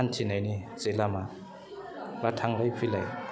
हान्थिनायनि जे लामा बा थांलाय फैलाय